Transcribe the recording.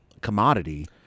commodity